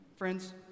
Friends